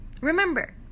remember